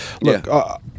look